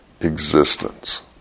existence